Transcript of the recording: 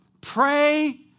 Pray